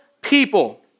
people